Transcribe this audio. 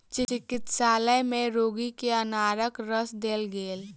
चिकित्सालय में रोगी के अनारक रस देल गेल